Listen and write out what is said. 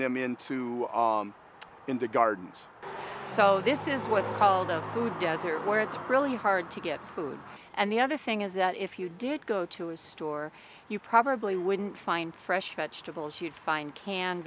them into into gardens so this is what's called the food desert where it's really hard to get food and the other thing is that if you did go to a store you probably wouldn't find fresh vegetables you'd find canned